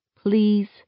please